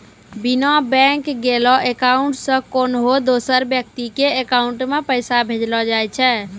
बिना बैंक गेलैं अकाउंट से कोन्हो दोसर व्यक्ति के अकाउंट मे पैसा भेजलो जाय छै